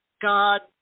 god